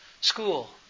school